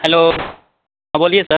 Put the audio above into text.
hello हाँ बोलिए sir